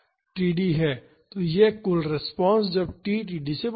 तो यह कुल रिस्पांस है जब t td से बड़ा है